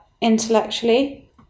intellectually